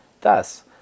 Thus